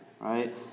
right